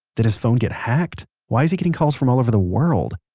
did his phone get hacked? why is he getting calls from all over the world?